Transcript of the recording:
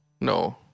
No